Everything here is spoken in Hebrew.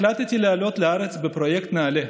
החלטתי לעלות לארץ בפרויקט נעל"ה,